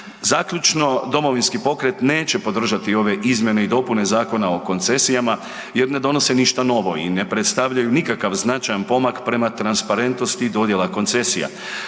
Zaključno, Domovinski pokret neće podržati ove izmjene i dopune Zakona o koncesijama jer ne donose ništa novo i ne predstavljaju nikakav značajan pomak prema transparentnosti dodjela koncesija,